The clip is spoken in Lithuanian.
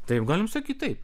taip galim sakyt taip